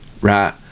right